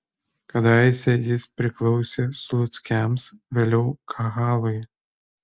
kadaise jis priklausė sluckiams vėliau kahalui